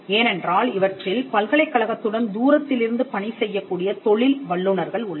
ஏனென்றால் இவற்றில் பல்கலைக்கழகத்துடன் தூரத்திலிருந்து பணி செய்யக்கூடிய தொழில் வல்லுனர்கள் உள்ளனர்